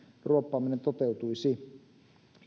ruoppaaminen toteutuisi